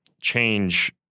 change